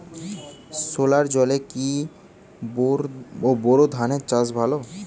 সেলোর জলে কি বোর ধানের চাষ ভালো?